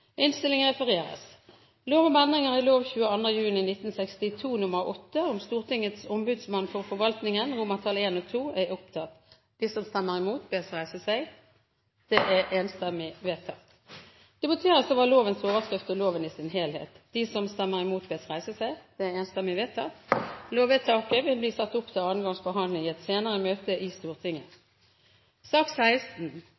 innstillingen. Det voteres over lovens overskrift og loven i sin helhet. Lovvedtaket vil bli ført opp til annen gangs behandling i et senere møte i